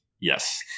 Yes